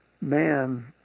man